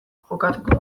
jokatuko